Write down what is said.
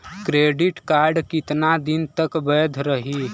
Credit card कितना दिन तक वैध रही?